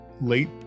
late